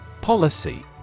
Policy